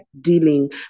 dealing